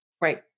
Right